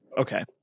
Okay